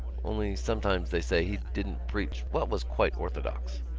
only sometimes, they say, he didn't preach what was quite orthodox.